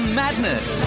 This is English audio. madness